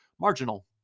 marginal